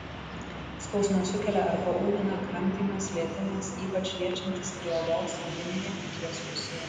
skausmą sukelia ar paūmina kramtymas lietimas ypač liečiantis prie odos vidinėje akies pusėje